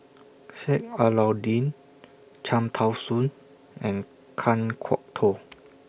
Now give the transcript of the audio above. Sheik Alau'ddin Cham Tao Soon and Kan Kwok Toh